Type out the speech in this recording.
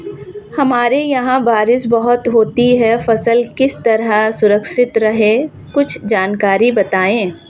हमारे यहाँ बारिश बहुत होती है फसल किस तरह सुरक्षित रहे कुछ जानकारी बताएं?